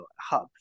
hub